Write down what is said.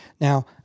Now